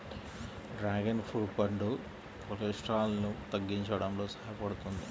dragon fruit పండు కొలెస్ట్రాల్ను తగ్గించడంలో సహాయపడుతుంది